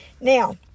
Now